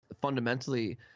fundamentally